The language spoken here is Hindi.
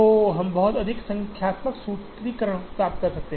तो हम बहुत अधिक संख्यात्मक सूत्रीकरण प्राप्त करते हैं